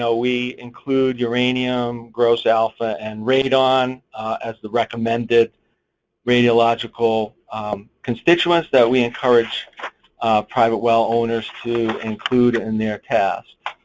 so we include uranium, gross alpha and radon as the recommended radiological constituents that we encourage private well owners to include in their test.